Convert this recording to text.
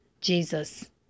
Jesus